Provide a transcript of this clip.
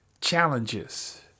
challenges